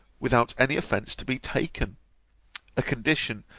without any offence to be taken a condition,